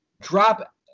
drop